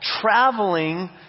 traveling